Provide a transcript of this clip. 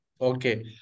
Okay